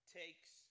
takes